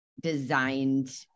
designed